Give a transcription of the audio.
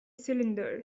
cylinder